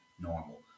normal